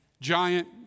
giant